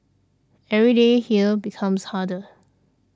every day here becomes harder